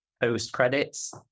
post-credits